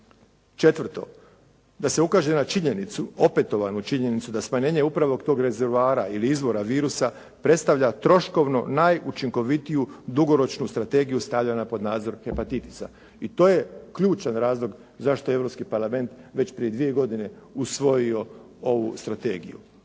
Četvrto, da se ukaže na činjenicu, opetovanu činjenicu da smanjenje upravo tog rezervoara ili izvora virusa predstavlja troškovno najučinkovitiju dugoročnu strategiju stavljanja pod nadzor hepatitisa. I to je ključan razlog zašto je Europski parlament već prije 2 godine usvojio ovu strategiju.